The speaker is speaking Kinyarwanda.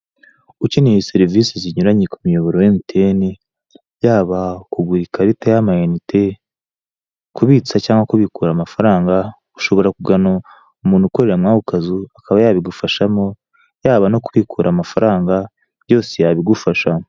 Ukeneye serivise zinyuranye ku murongo wa emutiyeni yaba kugura ikarita y'amayinite, kubitsa cyangwa kubikura amafaranga, ushobora kugana umuntu ukorera muri ako kazu akaba yabigufashamo, yaba no kubikura amafaranga byose yabigufasha.